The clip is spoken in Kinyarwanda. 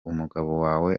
wawe